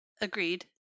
Agreed